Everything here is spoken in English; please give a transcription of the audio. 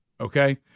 Okay